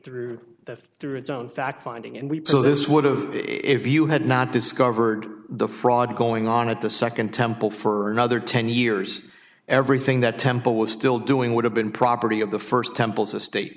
through the through its own fact finding and we so this would have if you had not discovered the fraud going on at the second temple for another ten years everything that temple was still doing would have been property of the first temples estate